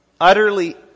utterly